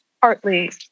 partly